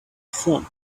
from